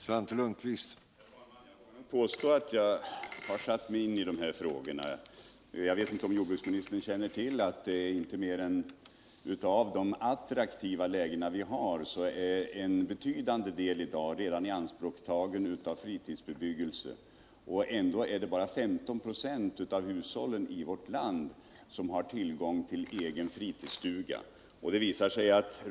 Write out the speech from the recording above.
Herr talman! Jag vågar påstå att jag har satt mig in i de här frågorna. Jag vet inte om jordbruksministern känner till, att av de attraktiva lägen som finns har en betydande del redan i dag ianspråktagits av fritidsbebyg . gelse, och ändå är det bara 15 "5 av hushållen i vårt land som har tillgång till egen fritidsstuga.